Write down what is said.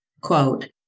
quote